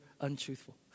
untruthful